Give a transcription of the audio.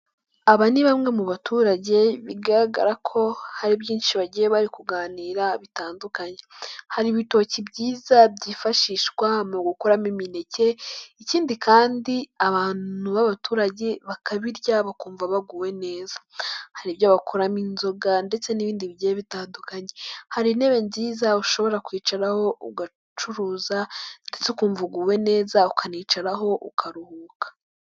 Aba ni bamwe mu baturage bigaragara ko hari byinshi bagiye bari kuganira bitandukanye, hari ibitoki byiza byifashishwa mu gukuramo imineke ikindi kandi abantu b'abaturage bakabirya bakumva baguwe neza, hari ibyo wakuramo inzoga ndetse n'ibindi bigiye bitandukanye, hari intebe nziza ushobora kwicaraho ugacuruza ndetse ukumva uguwe neza ukanicaraho ukaruhuka.